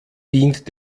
dient